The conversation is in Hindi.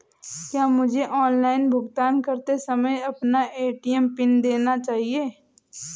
क्या मुझे ऑनलाइन भुगतान करते समय अपना ए.टी.एम पिन देना चाहिए?